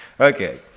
Okay